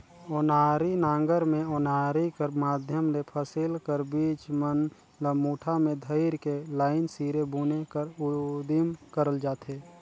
ओनारी नांगर मे ओनारी कर माध्यम ले फसिल कर बीज मन ल मुठा मे धइर के लाईन सिरे बुने कर उदिम करल जाथे